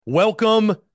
Welcome